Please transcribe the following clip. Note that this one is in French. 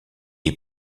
est